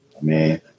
Man